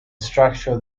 structure